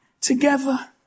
together